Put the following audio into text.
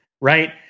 right